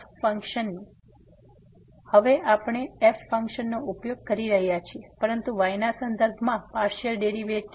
તેથી હવે આપણે f ફંકશનનો ઉપયોગ કરી રહ્યા છીએ પરંતુ y ના સંદર્ભમાં પાર્સીઅલ ડેરીવેટીવ